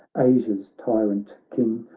asia's tyrant king.